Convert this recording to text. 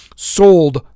sold